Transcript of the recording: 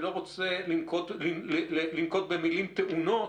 אני לא רוצה לנקוט במילים טעונות,